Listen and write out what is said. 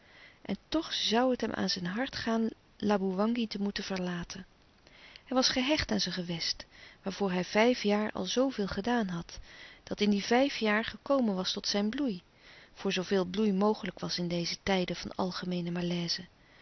en toch zoû het hem dan aan zijn hart gaan laboewangi te moeten verlaten hij was gehecht aan zijn gewest waarvoor hij vijf jaar al zooveel gedaan had dat in die vijf jaar gekomen was tot zijn bloei voor zooveel bloei mogelijk was in deze tijden van algemeene malaise